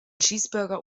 cheeseburger